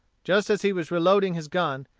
just as he was reloading his gun,